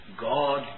God